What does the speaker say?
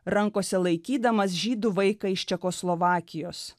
rankose laikydamas žydų vaiką iš čekoslovakijos